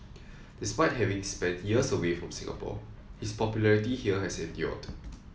despite having spent years away from Singapore his popularity here has endured